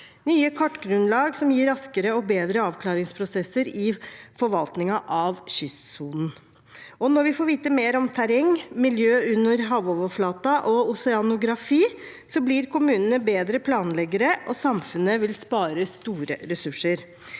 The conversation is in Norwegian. nye kartgrunnlag, som gir raskere og bedre avklaringsprosesser i forvaltningen av kystsonen. Når vi får vite mer om terreng, miljø under havoverflaten og oseanografi, blir kommunene bedre planleggere, og samfunnet vil spare store ressurser.